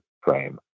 frame